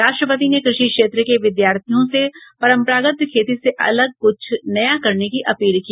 राष्ट्रपति ने कृषि क्षेत्र के विद्यार्थियों से परंपरागत खेती से अलग कुछ नया करने की अपील की